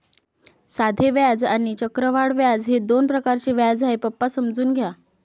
साधे व्याज आणि चक्रवाढ व्याज हे दोन प्रकारचे व्याज आहे, पप्पा समजून घ्या